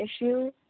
issue